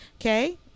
Okay